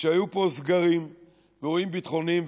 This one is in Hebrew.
כשהיו פה סגרים ואירועים ביטחוניים,